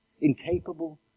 incapable